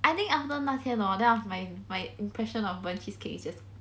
I think after 那天 hor then after my my impression of burnt cheesecake is just